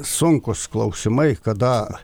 sunkūs klausimai kada